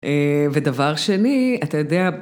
ודבר שני, אתה יודע...